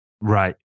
Right